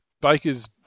Baker's